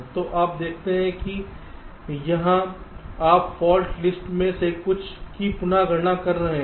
तो आप देखते हैं कि यहाँ आप फाल्ट लिस्ट में से कुछ की पुनः गणना कर रहे हैं